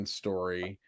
story